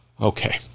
okay